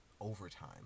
overtime